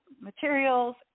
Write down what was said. materials